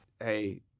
hey